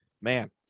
man